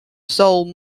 sold